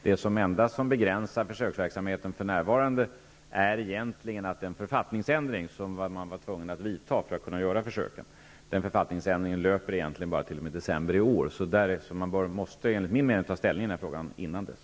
Det enda som begränsar försöksverksamheten för närvarande är att den författningsändring som var nödvändig för att man skulle kunna göra försöken bara gäller t.o.m. december i år. Man måste därför enligt min mening ta ställning i frågan innan dess.